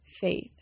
faith